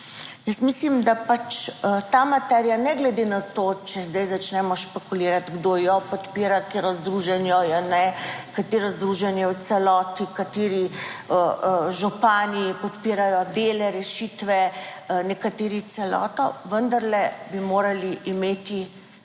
mislim, da pač ta materija, ne glede na to, če zdaj začnemo špekulirati, kdo jo podpira, katero združenje je ne, katero združenje v celoti, kateri župani podpirajo dele rešitve, nekateri celoto, vendarle bi morali imeti na